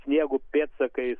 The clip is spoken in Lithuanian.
sniego pėdsakais